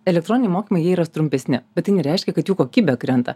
elektroniniai mokymai jie yra trumpesni bet tai nereiškia kad jų kokybė krenta